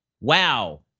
Wow